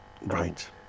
Right